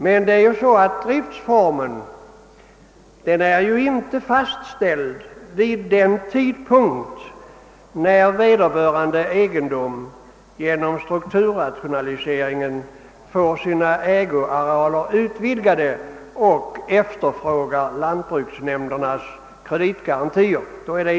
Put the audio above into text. Det är emellertid så att driftformen inte är fastställd vid den tidpunkt då vederbörande egendom genom strukturrationaliseringen får sina ägoarealer utvidgade och efterfrågar lantbruksnämndernas = kreditgarantier.